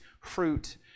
fruit